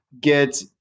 get